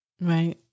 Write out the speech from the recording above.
Right